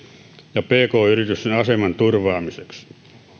ja pk yritysten aseman turvaamiseksi